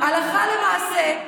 הלכה למעשה,